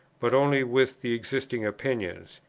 but only with the existing opinions,